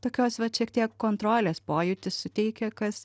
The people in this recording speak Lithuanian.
tokios vat šiek tiek kontrolės pojūtį suteikė kas